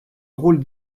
rôle